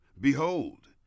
behold